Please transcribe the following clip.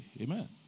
Amen